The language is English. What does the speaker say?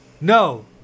No